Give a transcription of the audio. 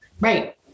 Right